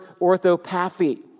orthopathy